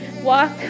walk